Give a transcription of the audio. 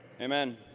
Amen